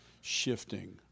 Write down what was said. shifting